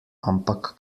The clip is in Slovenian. ampak